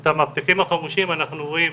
את המאבטחים החמושים אנחנו רואים